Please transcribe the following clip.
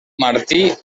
martí